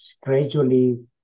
gradually